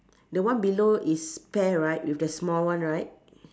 the one below is pear right with the small one right